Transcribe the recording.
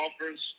offers